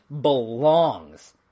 belongs